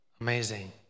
amazing